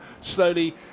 slowly